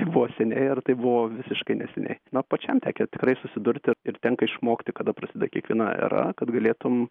buvo seniai ar tai buvo visiškai neseniai man pačiam tekę tikrai susidurti ir tenka išmokti kada prasideda kiekviena era kad galėtum